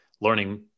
learning